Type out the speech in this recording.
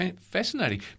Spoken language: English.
fascinating